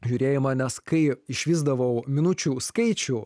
žiūrėjimą nes kai išvysdavau minučių skaičių